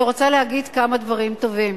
אני רוצה להגיד כמה דברים טובים.